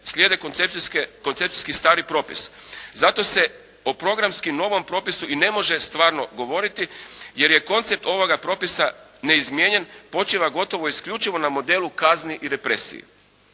slijede koncepcijski stari propis. Zato se o programski novom propisu i ne može stvarno govoriti jer je koncept ovoga propisa neizmijenjen, počiva gotovo isključivo na modelu kazni i represiji.